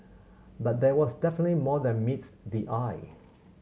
but there was definitely more than meets the eye